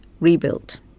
rebuilt